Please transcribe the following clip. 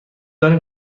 داریم